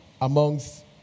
amongst